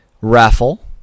Raffle